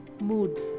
moods